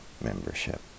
membership